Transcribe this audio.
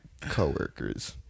Coworkers